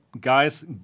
Guys